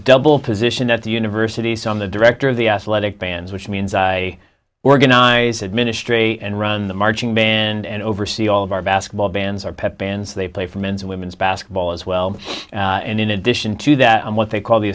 double position at the university so on the director of the athletic bands which means i organize administrate and run the marching band and oversee all of our basketball bands our pep bands they play for men's and women's basketball as well and in addition to that what they call the